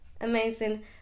Amazing